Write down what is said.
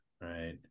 right